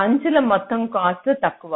అంచుల మొత్తం కాస్ట్ తక్కువ